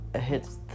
hits